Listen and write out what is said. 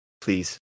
please